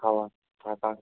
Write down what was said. খাওয়া থাকা